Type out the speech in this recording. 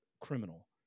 criminal